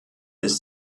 ist